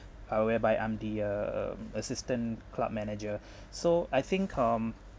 uh whereby I'm the uh um assistant club manager so I think um